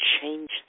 change